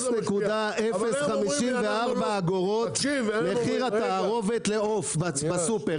0.054 אגורות מחיר התערובת לעוף בסופר.